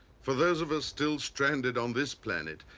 for those of us still stranded on this planet,